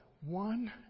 One